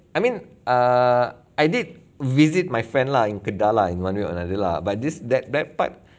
I mean err I did visit my friend lah in kedah lah in one way or another lah but this that that part